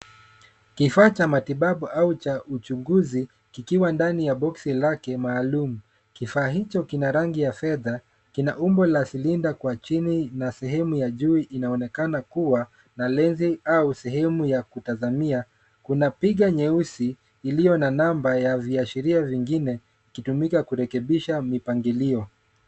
Kifaa cha matibabu au cha uchunguzi kikiwa ndani ya boksi lake maalum. Kifaa hicho kina rangi ya fedha kina umbo la silinda kwa chini na sehemu ya juu inaonekana kuwa na lensi au sehemu ya kutazamia. Kuna piga nyeusi iliyo na namba ya viashiria vingine ikitumika kurekebisha mipangilio.